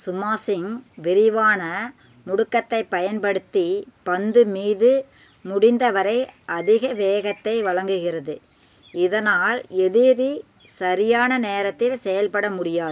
smashing விரைவான முடுக்கத்தைப் பயன்படுத்தி பந்து மீது முடிந்தவரை அதிக வேகத்தை வழங்குகிறது இதனால் எதிரி சரியான நேரத்தில் செயல்பட முடியாது